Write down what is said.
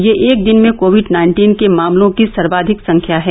यह एक दिन में कोविड नाइन्टीन के मामलों की सर्वाधिक संख्या है